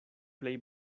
plej